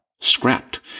scrapped